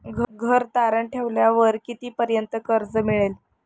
घर तारण ठेवल्यावर कितीपर्यंत कर्ज मिळेल?